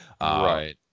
Right